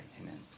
Amen